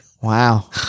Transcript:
Wow